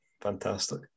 fantastic